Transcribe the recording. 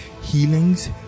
healings